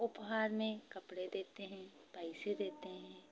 उपहार में कपड़े देते हैं पैसे देते हैं